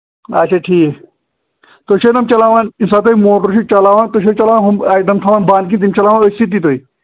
اچھا ٹھیٖک تُہۍ چھُو یِم چَلاوان ییٚمہِ ساتہٕ تُہۍ موٹَر چھُو چَلاوان تُہۍ چھُو چلاوان ہُم آیٹَم تھاوان بنٛد کِنہٕ تِم چلاوان أتھۍ سۭتی تُہۍ